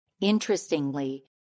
Interestingly